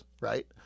Right